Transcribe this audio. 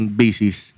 basis